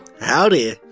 Howdy